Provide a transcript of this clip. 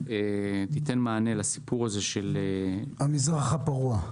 מענה לסיפור הזה של --- המזרח הפרוע.